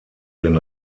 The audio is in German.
den